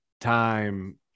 time